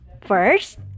First